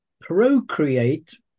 procreate